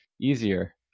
easier